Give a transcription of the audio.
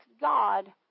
God